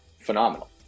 phenomenal